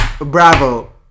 bravo